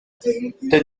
dydy